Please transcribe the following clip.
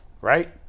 right